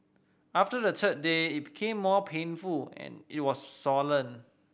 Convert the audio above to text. after the third day it became more painful and it was swollen